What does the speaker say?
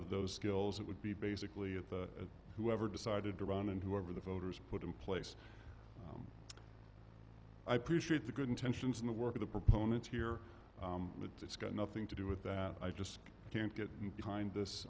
of those skills it would be basically at the whoever decided to run and whoever the voters put in place i appreciate the good intentions in the work of the proponents here but it's got nothing to do with that i just can't get behind this